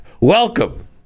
Welcome